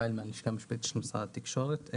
אני מהלשכה המשפטית של משרד התקשורת.